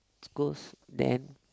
it's goes then